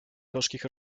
gorzkich